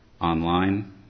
online